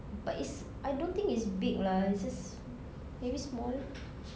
but it's I don't think it's big lah it's just maybe small